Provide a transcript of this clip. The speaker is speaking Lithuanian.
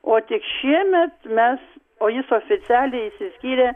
o tik šiemet mes o jis oficialiai išsiskyrė